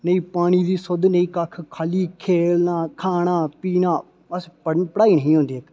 नेईं पानी दी सुद्ध नेईं कक्ख खाल्ली खेलना खाना पीना बस्स पढ़ाई नेही औंदी